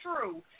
true